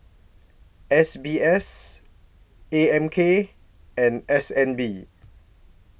S B S A M K and S N B